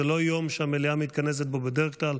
זה לא יום שהמליאה מתכנסת בו בדרך כלל.